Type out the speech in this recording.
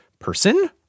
Person